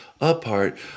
Apart